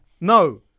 No